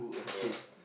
ya